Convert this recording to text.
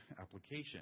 application